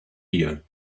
here